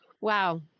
Wow